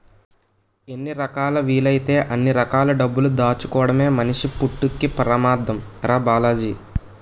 ఎన్ని రకాలా వీలైతే అన్ని రకాల డబ్బులు దాచుకోడమే మనిషి పుట్టక్కి పరమాద్దం రా బాలాజీ